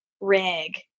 rig